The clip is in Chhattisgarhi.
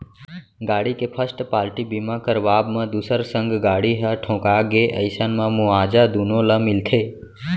गाड़ी के फस्ट पाल्टी बीमा करवाब म दूसर संग गाड़ी ह ठोंका गे अइसन म मुवाजा दुनो ल मिलथे